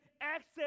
access